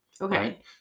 okay